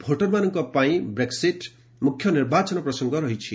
ଭୋଟରମାନଙ୍କ ପାଇଁ ବ୍ରେକ୍ସିଟ୍ ମୁଖ୍ୟ ନିର୍ବାଚନ ପ୍ରସଙ୍ଗ ରହିଛି